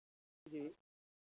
जी